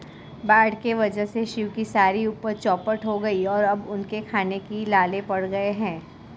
बाढ़ के वजह से शिव की सारी उपज चौपट हो गई और अब उनके खाने के भी लाले पड़ गए हैं